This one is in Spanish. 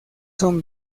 son